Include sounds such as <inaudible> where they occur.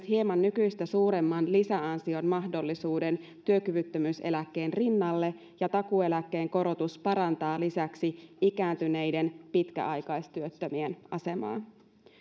<unintelligible> hieman nykyistä suuremman lisäansion mahdollisuuden työkyvyttömyyseläkkeen rinnalle ja takuueläkkeen korotus parantaa lisäksi ikääntyneiden pitkäaikaistyöttömien asemaa